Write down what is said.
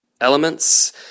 elements